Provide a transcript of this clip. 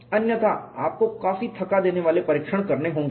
अन्यथा आपको काफी थका देने वाले परीक्षण करने होंगे